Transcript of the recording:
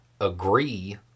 agree